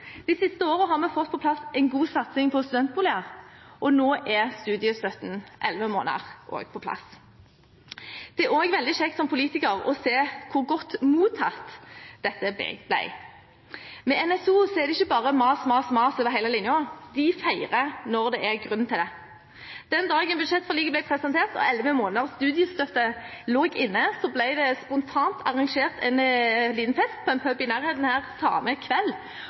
De siste årene har vi fått på plass en god satsing på studentboliger, og nå er studiestøtten i elleve måneder også på plass. Det er også veldig kjekt som politiker å se hvor godt mottatt dette ble. Med NSO er det ikke bare «mas, mas, mas, over hele linja». De feirer når det er grunn til det. Den dagen budsjettforliket ble presentert og elleve måneders studiestøtte lå inne, ble det spontant arrangert en liten fest på en pub her i nærheten samme kveld.